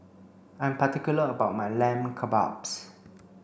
I'm particular about my Lamb Kebabs